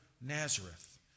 Nazareth